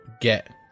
get